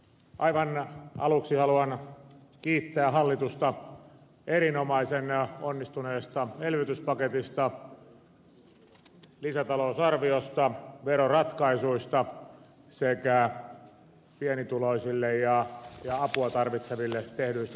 aivan aluksi haluan kiittää hallitusta erinomaisen onnistuneesta elvytyspaketista lisätalousarviosta veroratkaisuista sekä pienituloisille ja apua tarvitseville tehdyistä tulonsiirroista